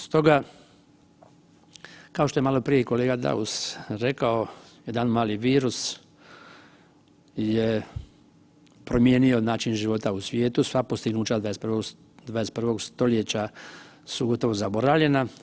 Stoga kao što je maloprije i kolega Daus rekao, jedan mali virus je promijenio način života u svijetu, sva postignuća 21. st. su gotovo zaboravljena.